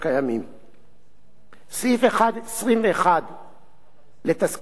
סעיף 21 לתזכיר הצעת חוק-יסוד: החקיקה